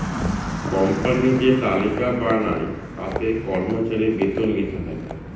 company যে তালিকা বানায় তাতে কর্মচারীর বেতন লেখা থাকে